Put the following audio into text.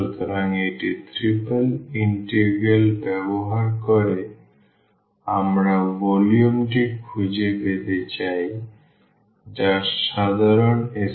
সুতরাং এই triple integral ব্যবহার করে আমরা ভলিউম টি খুঁজে পেতে চাই যা সাধারণ sphere